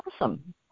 awesome